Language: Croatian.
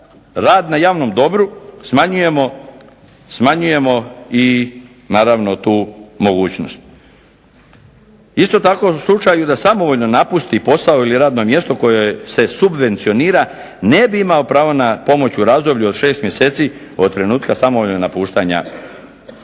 rad na javnom dobru smanjujemo i naravno tu mogućnost. Isto tako u slučaju da samovoljno napusti posao ili radno mjesto koje se subvencionira ne bi imao pravo na pomoć u razdoblju od 6 mjeseci od trenutka samovoljnog napuštanja